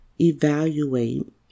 evaluate